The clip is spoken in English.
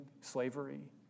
slavery